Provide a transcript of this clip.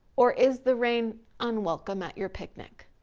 or is the rain unwelcome at your picnic?